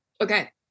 Okay